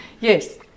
Yes